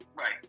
Right